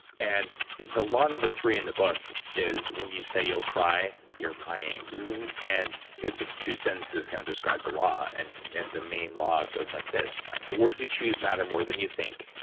and the law number three in the book is when you say you'll try, you're lying and it's just two sentences kind of describe the law and and the main law goes like this, the words you choose matter more than you think,